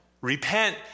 Repent